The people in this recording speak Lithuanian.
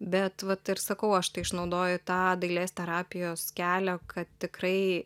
bet vat ir sakau aš išnaudoju tą dailės terapijos kelią kad tikrai